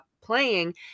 playing